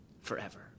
Forever